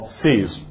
seas